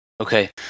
Okay